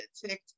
TikTok